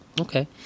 Okay